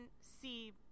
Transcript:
see